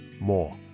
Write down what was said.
more